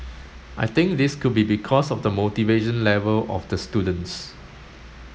I think this could be because of the motivation level of the students